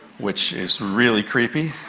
which is really creepy.